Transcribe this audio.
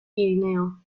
pirineo